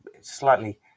Slightly